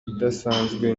idasanzwe